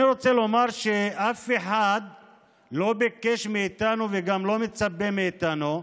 אני רוצה לומר שאף אחד לא ביקש מאיתנו וגם לא מצפה מאיתנו,